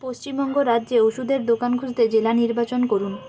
পশ্চিমবঙ্গ রাজ্যে ওষুধের দোকান খুঁজতে জেলা নির্বাচন করুন